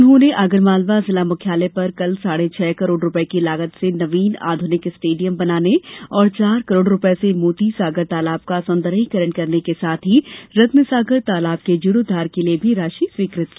उन्होंने आगरमालवा जिला मुख्यालय पर कल साढ़े छह करोड़ रूपये की लागत से नवीन आधुनिक स्टेडियम बनाने तथा चार करोड़ रूपये से मोतीसागर तालाब का सौन्दर्यीकरण करने के साथ ही रत्नसागर तालाब के जीर्णोद्वार के लिए भी राशि स्वीकृति की